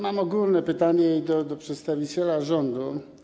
Mam ogólne pytanie do przedstawiciela rządu.